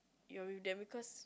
you're with them because